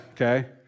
okay